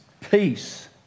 peace